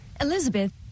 Elizabeth